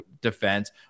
defense